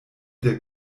der